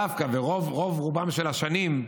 דווקא ברוב-רובן של השנים,